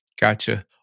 Gotcha